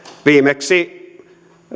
viimeksi